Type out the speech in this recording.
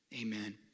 Amen